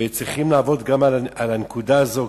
וצריכים לעבוד גם על הנקודה הזו.